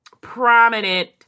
prominent